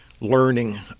learning